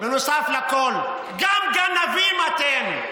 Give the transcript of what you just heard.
בנוסף לכול, גם גנבים אתם.